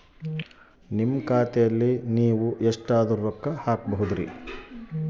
ನಾನು ಖಾತೆಯಲ್ಲಿ ಎಷ್ಟು ರೊಕ್ಕ ಹಾಕಬೇಕ್ರಿ?